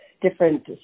different